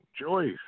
Joyce